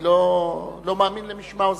אני לא מאמין למשמע אוזני.